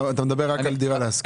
אתה מדבר רק על דירה להשכיר.